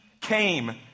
came